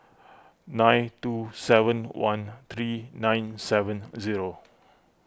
nine two seven one three nine seven zero